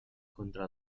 contra